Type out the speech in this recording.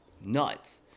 nuts